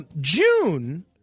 June